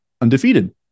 undefeated